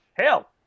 Hell